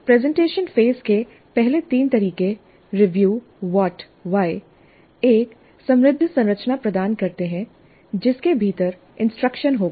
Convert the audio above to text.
presentation phase के पहले तीन तरीके रिव्यू व्हाट व्हाय एक समृद्ध संरचना प्रदान करते हैं जिसके भीतर इंस्ट्रक्शन होगा